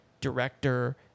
director